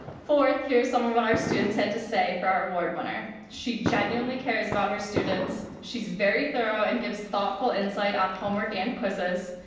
fourth, here's some of what our students had to say for our award winner she genuinely cares about her students, she's very thorough and gives thoughtful insight on homework and quizzes,